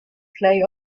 play